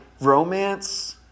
romance